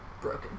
broken